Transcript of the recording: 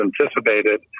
anticipated